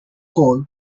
cole